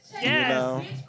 Yes